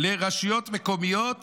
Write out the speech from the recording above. לרשויות מקומיות